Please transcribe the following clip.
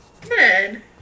Good